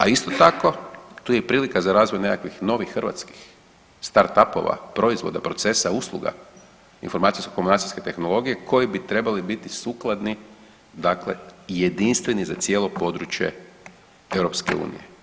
A isto tako tu je i prilika za razvoj nekakvih novih hrvatskih startupova, proizvoda, procesa, usluga, informacijsko komunikacijske tehnologije koji bi trebali biti sukladni dakle i jedinstveni za cijelo područje EU.